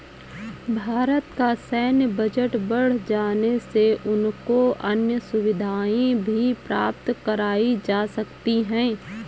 भारत का सैन्य बजट बढ़ जाने से उनको अन्य सुविधाएं भी प्राप्त कराई जा सकती हैं